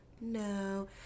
no